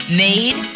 made